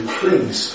please